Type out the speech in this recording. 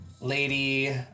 Lady